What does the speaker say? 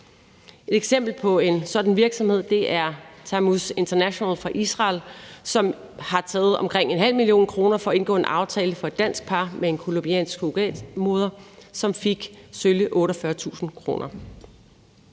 Et eksempel på en sådan virksomhed er Tammuz International fra Israel, som har taget omkring ½ mio. kr. for at indgå en aftale for et dansk par og en columbiansk surrogatmor, som fik sølle 48.000 kr.